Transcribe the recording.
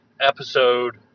episode